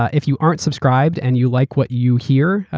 ah if you aren't subscribed and you like what you hear,